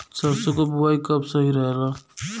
सरसों क बुवाई कब सही रहेला?